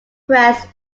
press